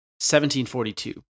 1742